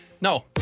no